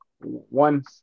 one